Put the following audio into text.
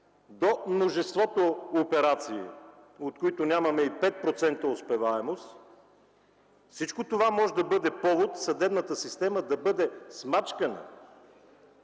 до множеството операции, от които нямаме и 5% успеваемост, всичко това може да бъде повод съдебната система да бъде смачкана.